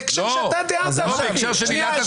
בהקשר של עילת הסבירות.